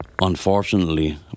Unfortunately